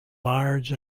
large